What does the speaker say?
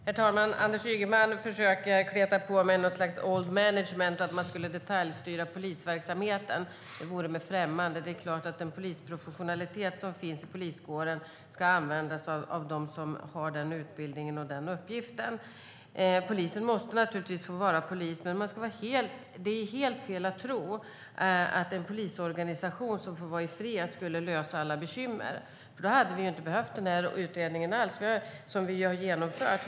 Herr talman! Anders Ygeman försöker kleta på mig något slags old management, att man skulle detaljstyra polisverksamheten. Det vore mig främmande. Det är klart att den polisprofessionalitet som finns i poliskåren ska användas av dem som har den utbildningen och den uppgiften. Polisen måste naturligtvis få vara polis. Det är helt fel att tro att en polisorganisation som får vara i fred skulle lösa alla bekymmer. Då hade vi inte alls behövt denna utredning som vi har genomfört.